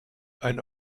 ein